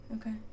Okay